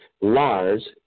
Lars